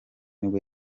nibwo